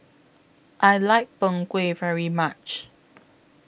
I like Png Kueh very much